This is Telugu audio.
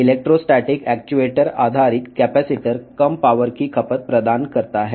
ఎలెక్ట్రోస్టాటిక్ యాక్యుయేటర్ ఆధారిత కెపాసిటర్ తక్కువ విద్యుత్ వినియోగాన్ని అందిస్తుంది